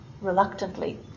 reluctantly